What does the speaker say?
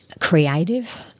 creative